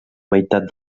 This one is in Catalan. meitat